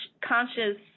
conscious